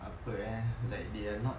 apa eh like they are not